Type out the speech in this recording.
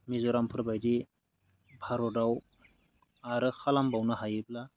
मिजरामफोरबायदि भारतआव आरो खालामबावनो हायोब्ला